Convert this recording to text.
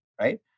right